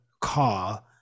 car